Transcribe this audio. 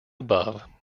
above